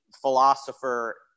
philosopher